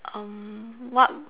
um what